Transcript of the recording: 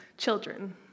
Children